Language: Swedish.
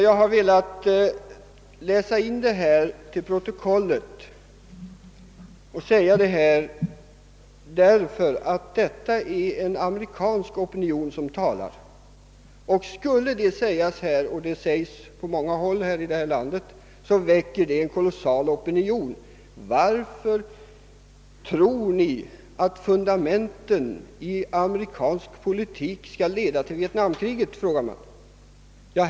Jag har velat läsa in detta till protokollet därför att det är en amerikansk opinion som talar. Skulle det sägas här — och det sägs på många håll i landet — väcker det en stark reaktion. Varför tror ni att fundamenten i amerikansk politik skall leda till vietnamkriget? frågar man.